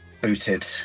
booted